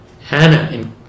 Hannah